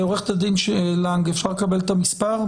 עו"ד לנג, אפשר לקבל את המספר?